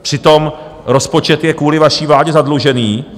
Přitom rozpočet je kvůli vaší vládě zadlužený.